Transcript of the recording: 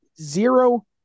zero